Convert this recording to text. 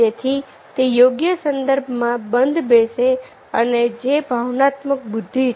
જેથી તે યોગ્ય સંદર્ભમાં બંધ બેસે અને જે ભાવનાત્મક બુદ્ધિ છે